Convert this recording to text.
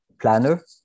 planner